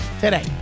Today